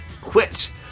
quit